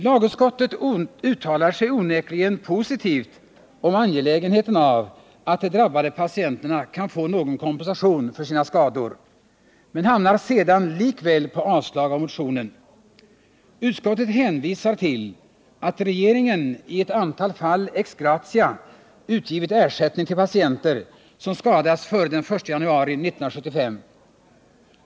Lagutskottet uttalar sig onekligen positivt om angelägenheten av att de drabbade patienterna kan få någon kompensation för sina skador men hamnar sedan likväl på ett avstyrkande av motionen. Utskottet hänvisar till att regeringen i ett antal fall ex gratia utgivit ersättning till patienter som skadats före den 1 januari 1975.